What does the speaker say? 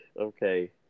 Okay